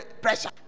pressure